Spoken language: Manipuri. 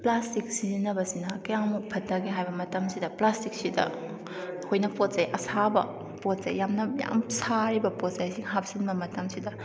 ꯄ꯭ꯂꯥꯁꯇꯤꯛ ꯁꯤꯖꯤꯟꯅꯕꯁꯤꯅ ꯀꯌꯥꯝꯃꯨꯛ ꯐꯠꯇꯒꯦ ꯍꯥꯏꯕ ꯃꯇꯝꯁꯤꯗ ꯄ꯭ꯂꯥꯁꯇꯤꯛꯁꯤꯗ ꯑꯩꯈꯣꯏꯅ ꯄꯣꯠꯆꯩ ꯑꯁꯥꯕ ꯄꯣꯠꯆꯩ ꯌꯥꯝꯅ ꯌꯥꯝ ꯁꯥꯔꯤꯕ ꯄꯣꯠꯆꯩꯁꯤ ꯍꯥꯞꯆꯤꯟꯕ ꯃꯇꯝꯁꯤꯗ